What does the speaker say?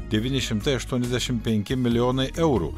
devyni šimtai aštuoniasdešimt penki milijonai eurų